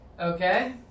Okay